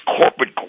corporate